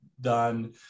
done